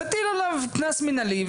תטיל עליו קנס מנהלי,